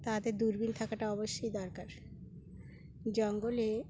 তাদের দূরবীন থাকাটা অবশ্যই দরকার জঙ্গলে